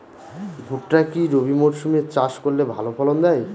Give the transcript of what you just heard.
ভুট্টা কি রবি মরসুম এ চাষ করলে ভালো ফলন দেয়?